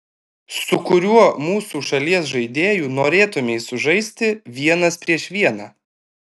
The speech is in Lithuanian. su kuriuo mūsų šalies žaidėju norėtumei sužaisti vienas prieš vieną